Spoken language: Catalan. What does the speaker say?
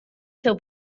seu